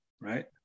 Right